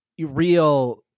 real